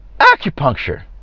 Acupuncture